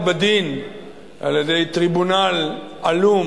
הנאשם חויב בדין על-ידי טריבונל עלום